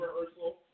rehearsal